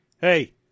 hey